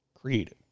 creative